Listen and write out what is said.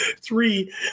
three